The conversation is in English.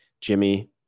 Jimmy